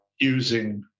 using